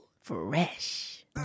Fresh